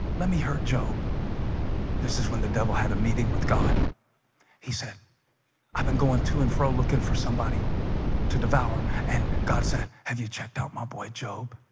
let me hurt job this is when the devil had a meeting with god he said i've been going to and fro looking for somebody to devour and god said have you checked out my boy job